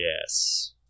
yes